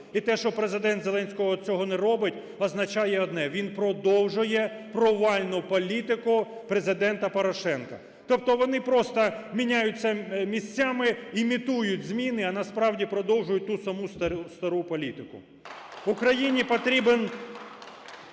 І те, що Президент Зеленський цього не робить, означає одне: він продовжує провальну політику Президента Порошенка. Тобто вони просто міняються місцями, імітують зміни, а насправді продовжують ту саму стару політику. Україні потрібен